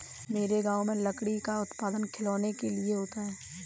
मेरे गांव में लकड़ी का उत्पादन खिलौनों के लिए होता है